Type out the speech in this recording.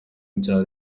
ibya